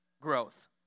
growth